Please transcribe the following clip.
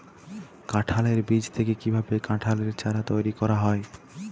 কাঁঠালের বীজ থেকে কীভাবে কাঁঠালের চারা তৈরি করা হয়?